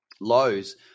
lows